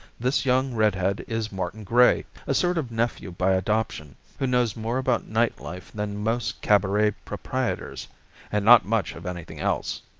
this young red-head is martin grey, a sort of nephew by adoption who knows more about night life than most cabaret proprietors and not much of anything else.